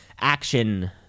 action